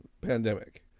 pandemic